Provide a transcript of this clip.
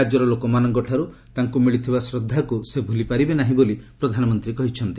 ରାଜ୍ୟର ଲୋକମାନଙ୍କଠାରୁ ତାଙ୍କୁ ମିଳିଥିବା ଶ୍ରଦ୍ଧାକୁ ସେ ଭୁଲିପାରିବେ ନାହିଁ ବୋଲି ପ୍ରଧାନମନ୍ତ୍ରୀ କହିଛନ୍ତି